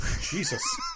Jesus